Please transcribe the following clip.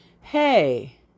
hey